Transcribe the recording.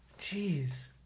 jeez